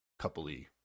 coupley